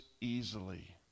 easily